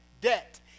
debt